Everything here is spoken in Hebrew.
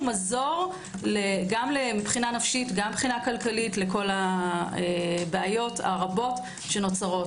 מזור גם נפשית גם כלכלית לכל הבעיות הרבות שנוצרות.